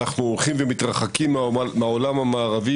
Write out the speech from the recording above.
אנחנו הולכים ומתרחקים מהעולם המערבי